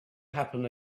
happen